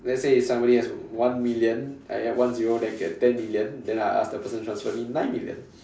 let's say if somebody has one million I add one zero then get ten million then I ask the person transfer me nine million